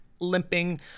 limping